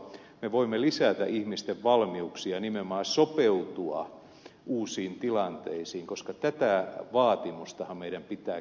me voimme lisätä ihmisten valmiuksia nimenomaan sopeutua uusiin tilanteisiin koska tätä vaatimustahan meidän pitää keskeisesti tukea